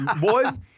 Boys